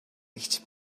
эгч